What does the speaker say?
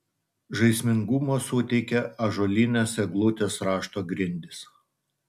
žaismingumo suteikia ąžuolinės eglutės rašto grindys